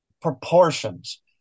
proportions